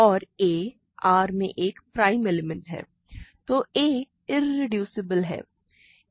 और a R में एक प्राइम एलिमेंट है तो a इरेड्यूसिबल है ठीक है